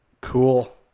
Cool